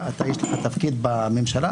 ישב פה אוריאל לין,